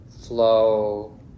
flow